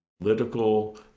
political